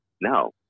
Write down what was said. no